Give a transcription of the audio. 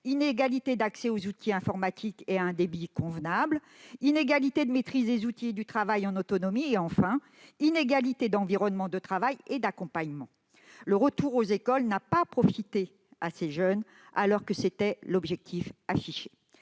inégalités d'accès aux outils informatiques et à un débit convenable, inégalités de maîtrise des outils et du travail en autonomie, inégalités d'environnement de travail et d'accompagnement. Le retour à l'école n'a pas profité aux jeunes en difficulté, alors que c'était l'objectif affiché.